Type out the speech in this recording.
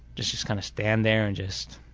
just just kind of stand there and just